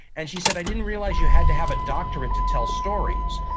and she said, i didn't realize you had to have a doctorate to tell stories.